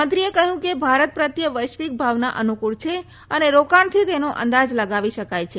મંત્રીએ કહ્યું કે ભારત પ્રત્યે વૈશ્વિક ભાવના અનુકૂળ છે અને રોકાણથી તેનો અંદાજ લગાવી શકાય છે